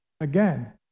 Again